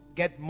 get